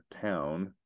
town